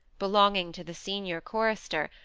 belonging to the senior chorister,